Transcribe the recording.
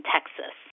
Texas